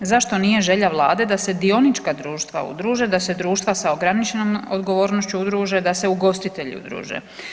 Zašto nije želja vlade da se dionička društva udruže, da se društva sa ograničenom odgovornošću udruže, da se ugostitelji udruže?